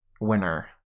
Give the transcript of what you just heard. winner